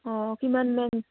অঁ কিমানমান